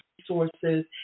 resources